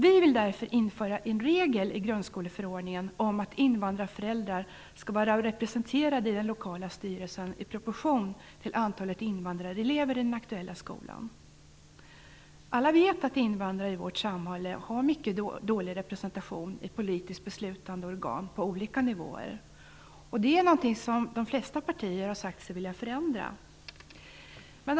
Vi vill därför införa en regel i grundskoleförordningen om att invandrarföräldrar skall vara representerade i den lokala styrelsen i proportion till antalet invandrarelever i den aktuella skolan. Alla vet att invandrare i vårt samhälle har mycket dålig representation i politiskt beslutande organ på olika nivåer. Det är någonting som de flesta partier har sagt sig vilja förändra.